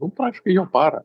nu praktiškai jo parą